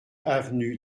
avenue